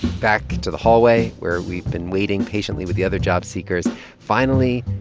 back to the hallway where we've been waiting patiently with the other job seekers finally,